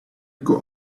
could